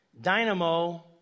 dynamo